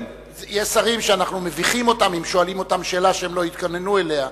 יש שרים שאנחנו מביכים אותם אם שואלים אותם שאלה שהם לא התכוננו אליה.